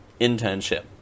internship